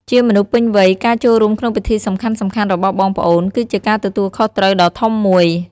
ជាមនុស្សពេញវ័យ ការចូលរួមក្នុងពិធីសំខាន់ៗរបស់បងប្អូន គឺជាការទទួលខុសត្រូវដ៏ធំមួយ។